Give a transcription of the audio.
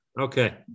Okay